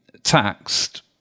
taxed